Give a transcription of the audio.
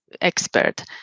expert